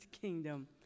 kingdom